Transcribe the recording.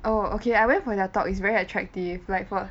oh okay I went for their talk is very attractive like for